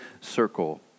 circle